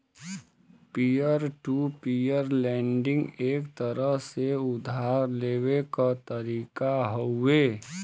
peer to peer lending एक तरह से उधार लेवे क तरीका हउवे